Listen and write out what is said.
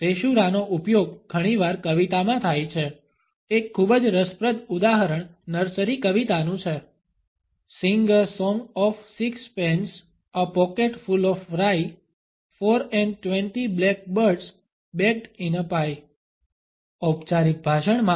સેશૂરાનો ઉપયોગ ઘણીવાર કવિતામાં થાય છે એક ખૂબ જ રસપ્રદ ઉદાહરણ નર્સરી કવિતાનું છે sing a song of six pence a pocket full of rye four and twenty blackbirds baked in a pie Sing a song of six pence A pocket full of rye Four and twenty blackbirds Baked in a pie